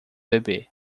bebê